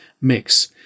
mix